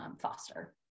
foster